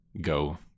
go